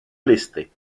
listy